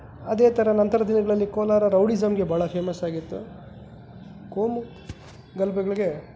ಅದೇ ಥರ ನಂತರ್ದ ದಿನಗಳಲ್ಲಿ ಕೋಲಾರ ರೌಡಿಝಮ್ಗೆ ಭಾಳ ಫೇಮಸ್ಸಾಗಿತ್ತು ಕೋಮು ಗಲಭೆಗ್ಳಿಗೆ